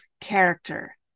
character